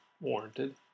warranted